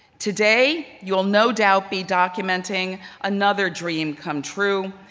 today, you will no doubt be documenting another dream come true,